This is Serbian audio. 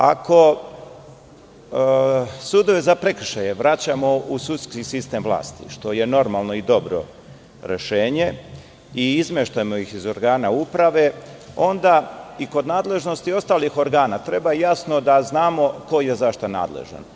Ako sudove za prekršaje vraćamo u sudski sistem vlasti, što je normalno i dobro rešenje i izmeštamo ih iz organa uprave, onda i kod nadležnosti ostalih organa treba jasno da znamo koji i za šta nadležan.